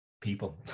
people